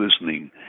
listening